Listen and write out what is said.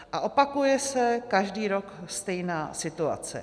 A opakuje se každý rok stejná situace.